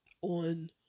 on